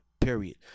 period